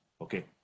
okay